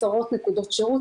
עשרות נקודות שירות,